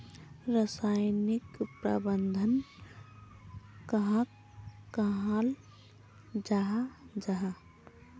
रासायनिक प्रबंधन कहाक कहाल जाहा जाहा?